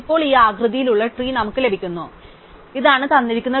ഈ ആകൃതിയിലുള്ള ട്രീ നമുക്ക് ലഭിക്കുന്നു ഇതാണ് തന്നിരിക്കുന്ന ട്രീ